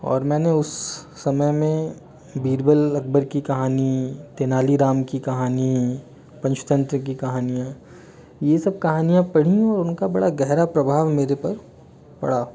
और मैंने उस समय में बीरबल अकबर की कहानी तेनालीराम की कहानी पंचतंत्र की कहानियाँ ये सब कहानियाँ पढ़ीं और उनका बड़ा गहरा प्रभाव मेरे पर पड़ा